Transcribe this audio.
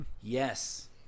Yes